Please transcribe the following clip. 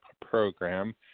program